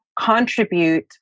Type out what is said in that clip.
contribute